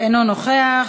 אינו נוכח.